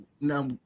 now